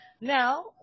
Now